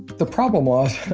the problem was,